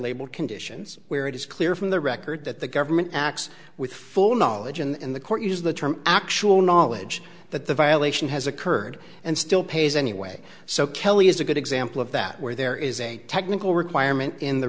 labeled conditions where it is clear from the record that the government acts with full knowledge in the court use the term actual knowledge that the violation has occurred and still pays anyway so kelly is a good example of that where there is a technical requirement in the